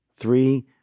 three